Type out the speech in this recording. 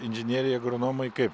inžinieriai agronomai kaip